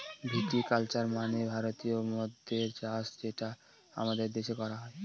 ভিটি culture মানে ভারতীয় মদ্যের চাষ যেটা আমাদের দেশে করা হয়